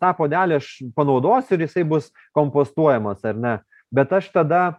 tą puodelį aš panaudosiu ir jisai bus kompostuojamas ar ne bet aš tada